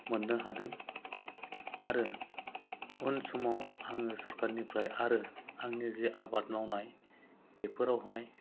मोन्नो हादों आरो उन समाव आङो सरकारनिफ्राय आरो आंनि जे आबाद मावनाय बेफोरावहाय